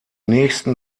nächsten